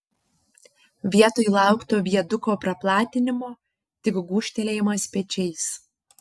vietoj laukto viaduko praplatinimo tik gūžtelėjimas pečiais